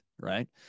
right